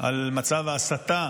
אחרי מצב ההסתה